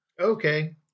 Okay